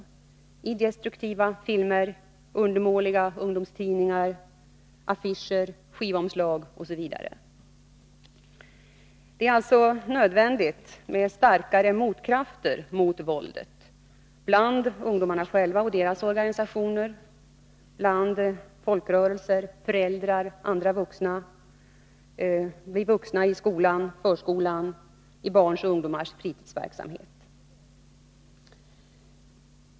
Det gäller destruktiva filmer, undermåliga ungdomstidningar, affischer, skivomslag osv. Det är alltså nödvändigt med starkare motkrafter mot våldet bland ungdomarna själva och deras organisationer, i folkrörelser, bland föräldrar och andra vuxna, vuxna i skola och förskola, i barns och ungdomars fritidsverksamhet.